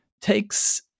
takes